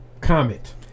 comment